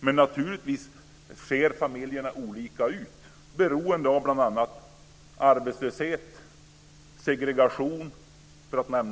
Men naturligtvis ser familjerna olika ut beroende på bl.a. arbetslöshet och segregation.